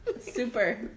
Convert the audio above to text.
super